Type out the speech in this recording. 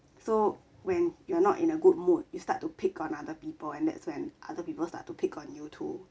so when you are not in a good mood you start to pick on other people and that's when other people start to pick on you too